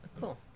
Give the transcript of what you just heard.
Cool